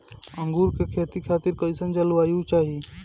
अंगूर के खेती खातिर कइसन जलवायु चाही?